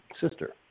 sister